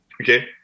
Okay